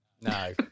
no